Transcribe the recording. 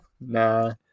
Nah